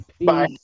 Bye